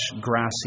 grassy